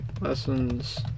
lessons